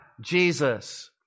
Jesus